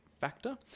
factor